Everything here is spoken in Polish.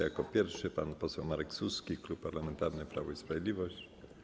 Jako pierwszy pan poseł Marek Suski, Klub Parlamentarny Prawo i Sprawiedliwość.